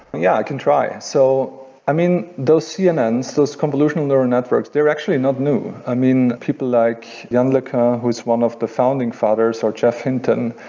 yeah, i can try. so i mean, those cnns, those convolutional neural networks, they're actually not new. i mean, people like like who's one of the founding fathers, or geoff hinton,